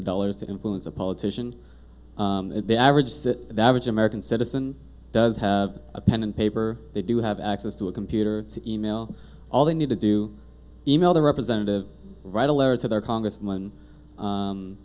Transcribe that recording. of dollars to influence a politician and the average that the average american citizen does have a pen and paper they do have access to a computer e mail all they need to do e mail their representative write a letter to their congressman